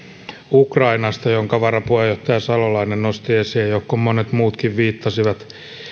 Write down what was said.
ukrainasta jonka varapuheenjohtaja salolainen nosti esiin ja johonka monet muutkin viittasivat